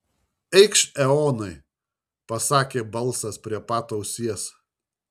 eikš eonai pasakė balsas prie pat ausies